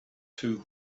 two